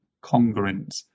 congruent